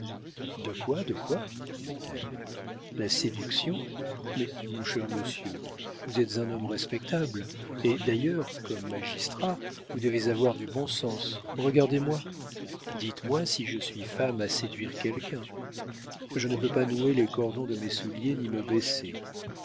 de quoi de quoi dit-elle la séduction mais mon cher monsieur vous êtes un homme respectable et d'ailleurs comme magistrat vous devez avoir du bon sens regardez-moi dites-moi si je suis femme à séduire quelqu'un je ne peux pas nouer les cordons de mes souliers ni me baisser